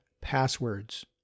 passwords